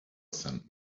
sent